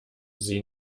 sie